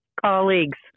colleagues